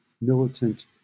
militant